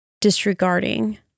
disregarding